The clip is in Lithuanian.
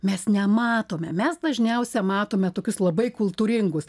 mes nematome mes dažniausia matome tokius labai kultūringus